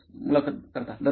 मुलाखत कर्ता दररोज